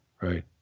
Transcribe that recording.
Right